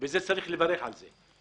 וצריך לברך על זה.